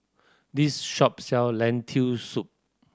this shop sell Lentil Soup